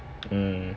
mm